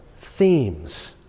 themes